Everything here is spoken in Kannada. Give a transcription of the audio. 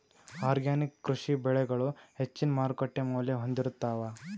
ಆರ್ಗ್ಯಾನಿಕ್ ಕೃಷಿ ಬೆಳಿಗಳು ಹೆಚ್ಚಿನ್ ಮಾರುಕಟ್ಟಿ ಮೌಲ್ಯ ಹೊಂದಿರುತ್ತಾವ